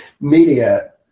media